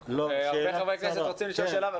הרבה חברי כנסת רוצים לשאול שאלות.